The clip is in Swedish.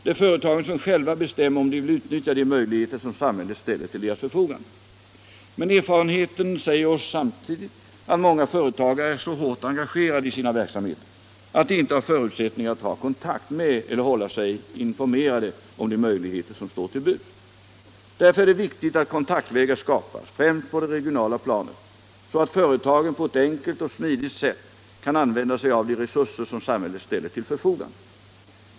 Det är företagen som själva bestämmer om de skall utnyttja de möjligheter som samhället ställer till deras förfogande. Men erfarenheten säger oss samtidigt att många företagare är så hårt engagerade i sina verksamheter att de inte har förutsättningar att ha kontakt med eller hålla sig informerade om de möjligheter som står till buds. Därför är det viktigt att kontaktvägar skapas — främst på det regionala planet — så att företagen på ett enkelt och smidigt sätt kan använda sig av de resurser som samhället ställer till förfogande.